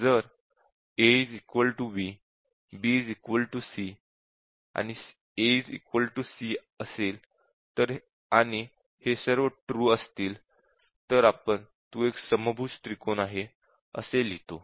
जर a b b c आणि a c आहे हे सर्व ट्रू आहेत तर आपण तो एक समभुज त्रिकोण आहे असे लिहितो